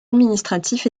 administratif